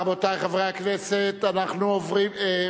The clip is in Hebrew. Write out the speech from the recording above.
רבותי חברי הכנסת, אנחנו עוברים,